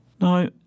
Now